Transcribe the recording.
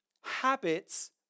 Habits